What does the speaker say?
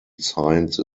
science